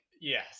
yes